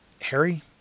Harry